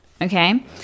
Okay